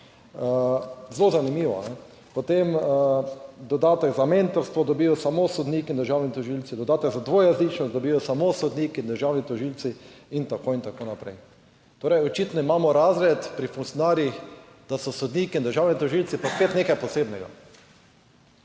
Zelo zanimivo. Potem, dodatek za mentorstvo dobijo samo sodniki in državni tožilci, dodatek za dvojezičnost dobijo samo sodniki in državni tožilci. In tako in tako naprej. Torej, očitno imamo razred pri funkcionarjih, da so sodniki in državni tožilci pa spet nekaj posebnega.